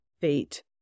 fate